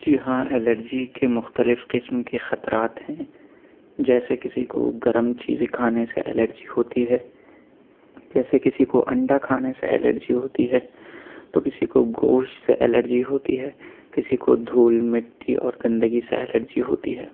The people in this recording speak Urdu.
جی ہاں الرجی کے مختلف قسم کے خطرات ہیں جیسے کسی کو گرم چیزیں کھانے سے الرجی ہوتی ہے جیسے کسی کو انڈا کھانے سے الرجی ہوتی ہے تو کسی کو گوشت سے الرجی ہوتی ہے کسی کو دھول مٹی اور گندگی سے الرجی ہوتی ہے